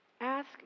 Ask